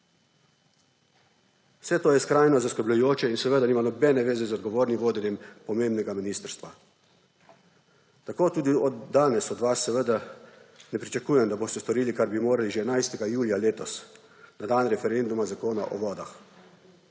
Vse to je skrajno zaskrbljujoče in seveda nima nobene zveze z odgovornim vodenjem pomembnega ministrstva. Tako tudi danes od vas seveda ne pričakujem, da boste storili, kar bi morali že 11. julija letos, na dan referenduma Zakona o vodah.